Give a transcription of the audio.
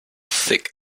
thick